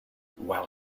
while